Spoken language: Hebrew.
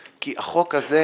כי החוק הזה,